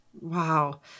Wow